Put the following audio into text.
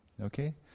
okay